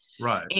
right